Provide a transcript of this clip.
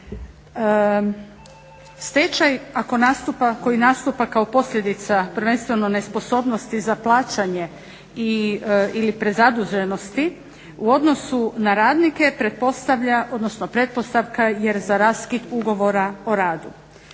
Stečaj koji nastupa kao posljedica prvenstveno nesposobnosti za plaćanje ili prezaduženosti u odnosu na radnike pretpostavlja, odnosno pretpostavka je za raskid ugovora o radu.